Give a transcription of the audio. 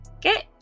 get